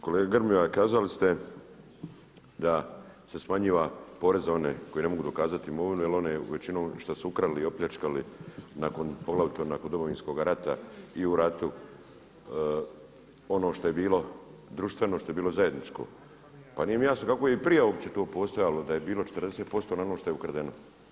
Kolega Grmoja, kazali ste da se smanjuje porez za one koji ne mogu dokazati imovinu jer oni većinom što su ukrali i opljačkali poglavito nakon Domovinskoga rata i u ratu ono što je bilo društveno, što je bilo zajedničko, pa nije mi jasno kako je i prije uopće to postojalo da je bilo 40% na ono što je ukradeno.